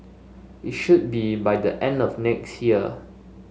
it should be by the end of next year